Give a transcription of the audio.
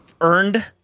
earned